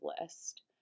list